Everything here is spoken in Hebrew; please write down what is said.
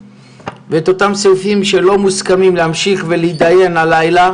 ובסעיפים שלא מוסכמים להמשיך להתדיין הלילה